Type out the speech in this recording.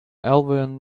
alvin